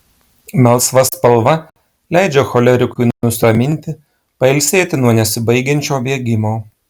melsva spalva leidžia cholerikui nusiraminti pailsėti nuo nesibaigiančio bėgimo